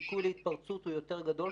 הסיכוי להתפרצות הוא יותר גדול.